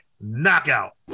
knockout